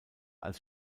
als